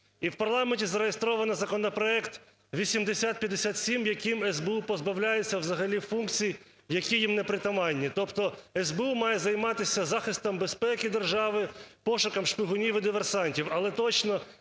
І в парламенті зареєстровано законопроект 8057, яким СБУ позбавляється взагалі функцій, які їм не притаманні, тобто СБУ має займатися захистом безпеки держави, пошуком шпигунів і диверсантів,